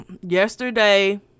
yesterday